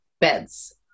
beds